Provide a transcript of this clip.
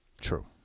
True